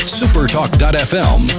supertalk.fm